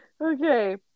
Okay